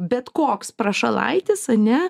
bet koks prašalaitis ane